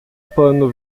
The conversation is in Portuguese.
pano